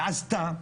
ועשתה,